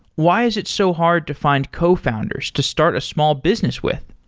why is it so hard to find cofounders to start a small business with?